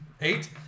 Eight